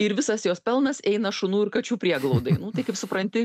ir visas jos pelnas eina šunų ir kačių prieglaudai nu tai kaip supranti